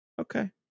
Okay